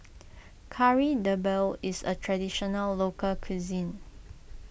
Kari Debal is a Traditional Local Cuisine